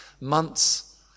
months